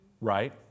Right